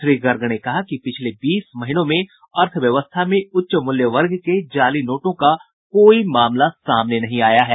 श्री गर्ग ने कहा कि पिछले बीस महीनों में अर्थव्यवस्था में उच्च मूल्यवर्ग के जाली नोटों का कोई मामला सामने नहीं आया है